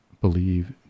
believe